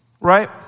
right